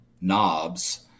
knobs